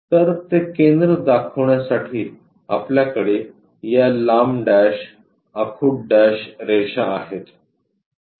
तर ते केंद्र दाखवण्यासाठी आपल्याकडे या लांब डॅश आखुड डॅश रेषा आहेत